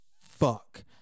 fuck